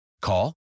Call